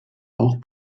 auch